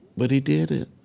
but he did it.